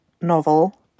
novel